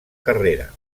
carrera